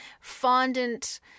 fondant